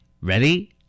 Ready